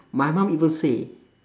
my mum even say